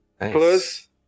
plus